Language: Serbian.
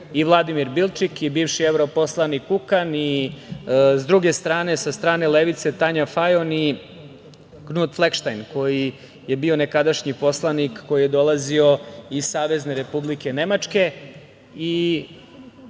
i Vladimir Bilčik i bivši evroposlanik Kukan. S druge strane, sa strane levice Tanja Fajon i Knutom Flekenštajnom koji je bio nekadašnji poslanik, koji je dolazio iz Savezne Republike Nemačke. Svi